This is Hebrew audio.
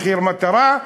מחיר מטרה,